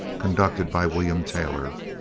conducted by william taylor,